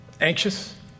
anxious